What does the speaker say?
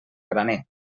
graner